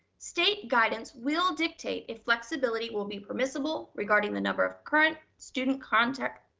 state guidance will dictate if flexibility will be permissible regarding the number of current student contact,